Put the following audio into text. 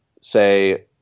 say